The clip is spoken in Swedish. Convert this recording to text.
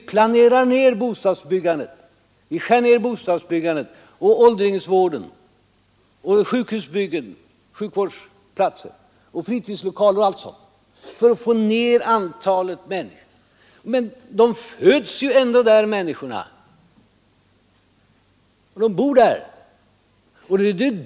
För att få ner befolkningstalet skär man ner bostadsbyggandet, åldringsvården, antalet sjukhusplatser, fritidslokaler etc. Men människorna föds ju ändå där och de bor där.